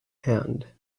hand